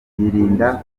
yirinda